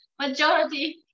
majority